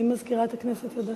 האם מזכירת הכנסת יודעת?